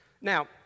Now